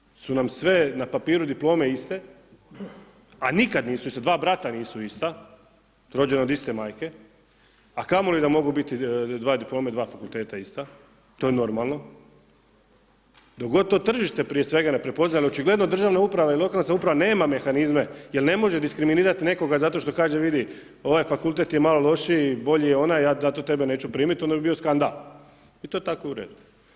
Jer dok god su nam sve na papiru diplome iste a nikada nisu iste, dva brata nisu ista, rođena od iste majke a kamoli da mogu biti dvije diplome, dva fakulteta ista, to je normalno, dok god to tržište prije svega ne prepoznaje jer očigledno državna uprava i lokalna samouprava nema mehanizme jer ne može diskriminirati nekoga zato što kaže vidi, ovaj fakultet je malo lošiji, bolji je onaj, ja zato tebe neću primiti, onda bi bio skandal i to je tako u redu.